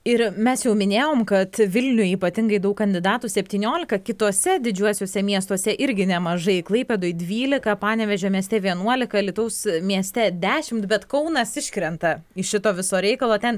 ir mes jau minėjom kad vilniuj ypatingai daug kandidatų septyniolika kituose didžiuosiuose miestuose irgi nemažai klaipėdoje dvylika panevėžio mieste vienuolika alytaus mieste dešimt bet kaunas iškrenta iš šito viso reikalo ten